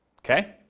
Okay